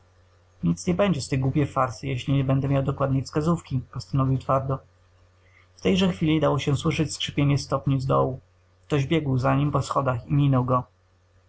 nic nie będzie z tej głupiej farsy jeśli nie będę miał dokładnej wskazówki postanowił twardo w tejże chwili dało się słyszeć skrzypienie stopni z dołu ktoś biegł za nim po schodach i minął go